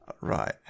right